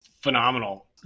Phenomenal